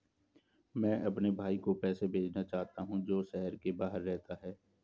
मैं अपने भाई को पैसे भेजना चाहता हूँ जो शहर से बाहर रहता है